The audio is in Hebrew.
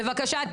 בבקשה,